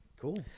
Cool